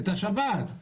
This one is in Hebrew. את השבת?